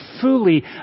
fully